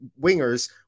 wingers